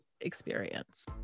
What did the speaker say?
experience